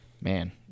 Man